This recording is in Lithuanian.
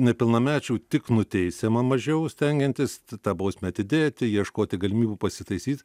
nepilnamečių tik nuteisiama mažiau stengiantis tą bausmę atidėti ieškoti galimybių pasitaisyt